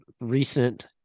recent